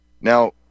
now